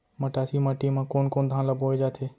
मटासी माटी मा कोन कोन धान ला बोये जाथे?